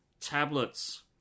Tablets